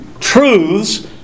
truths